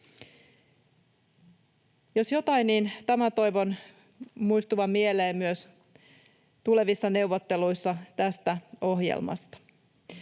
Jos jotain, niin tämän toivon muistuvan mieleen myös tulevissa neuvotteluissa tästä ohjelmasta.